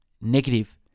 Negative